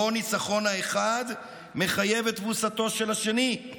שבו ניצחון האחד מחייב את תבוסתו של השני.